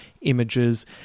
images